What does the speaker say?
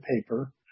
paper